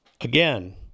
Again